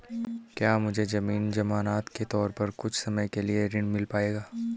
क्या मुझे ज़मीन ज़मानत के तौर पर कुछ समय के लिए ऋण मिल पाएगा?